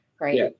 right